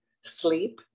sleep